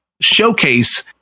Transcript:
showcase